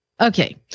Okay